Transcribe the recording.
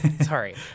Sorry